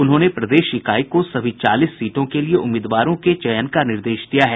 उन्होंने प्रदेश इकाई को सभी चालीस सीटों के लिये उम्मीदवारों के चयन का निर्देश दिया है